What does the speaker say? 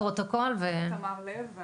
אני